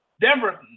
Denver